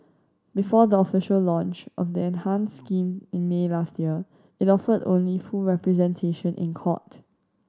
before the official launch of the enhanced scheme in May last year it offered only full representation in court